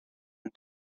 and